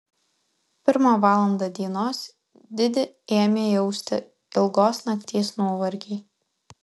pirmą valandą dienos didi ėmė jausti ilgos nakties nuovargį